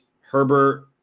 Herbert